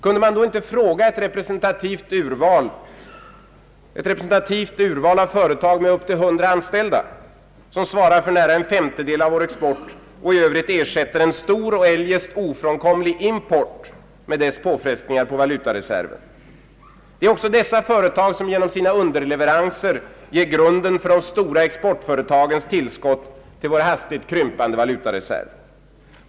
Kunde man inte fråga ett representativt urval av företag med upp till 100 anställda — som svarar för nära en femtedel av vår export och i övrigt ersätter en stor och eljest ofrånkomlig import med dess påfrestningar på valutareserven? Det är också dessa företag som genom sina underleveranser ger grunden för de stora exportföretagens tillskott till vår hastigt krympande valutareserv.